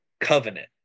covenant